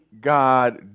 God